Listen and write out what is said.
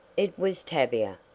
it was tavia!